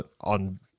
on